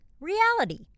Reality